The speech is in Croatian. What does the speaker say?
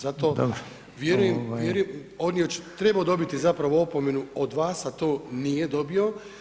Zato vjerujem on je trebao dobiti zapravo opomenu od vas a to nije dobio.